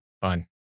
Fine